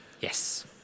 Yes